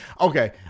Okay